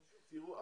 תראו,